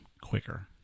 quicker